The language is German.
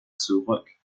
zurück